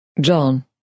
John